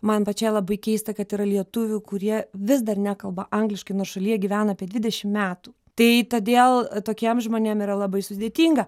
man pačiai labai keista kad yra lietuvių kurie vis dar nekalba angliškai nors šalyje gyvena apie dvidešim metų tai todėl tokiem žmonėm yra labai sudėtinga